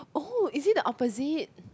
oh is it the opposite